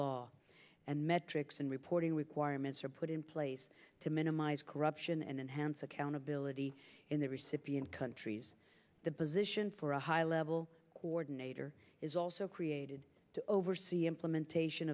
law and metrics and reporting requirements are put in place to minimize corruption and enhance accountability in the recipient countries the position for a high level coordinator is also created to oversee implementation